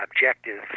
objective